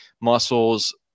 muscles